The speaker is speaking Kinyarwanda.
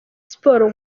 siporo